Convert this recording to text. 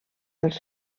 dels